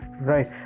Right